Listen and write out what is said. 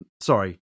Sorry